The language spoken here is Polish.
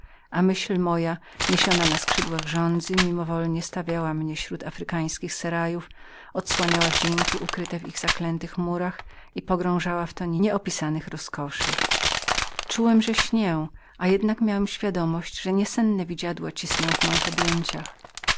a myśl moja niesiona na skrzydłach żądzy mimowolnie stawiała mnie śród afrykańskich serajów odsłaniała wdzięki ukryte w ich zaklętych murach i pogrążała w toni nieopisanych rozkoszy czułem żem śnił a jednak miałem świadomość że niesenne widziadła cisnę w moich objęciach